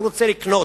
הוא רוצה לקנות.